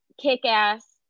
kick-ass